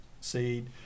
seed